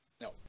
No